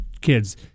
kids